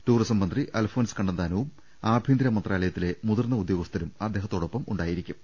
tourism മന്ത്രി അൽഫോൺസ് കണ്ണന്താനവും ആഭ്യന്തര മന്ത്രാലയ ത്തിലെ മുതിർന്ന ഉദ്യോഗസ്ഥരും അദ്ദേഹത്തോടൊപ്പ മുണ്ടായിരിക്കും